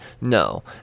No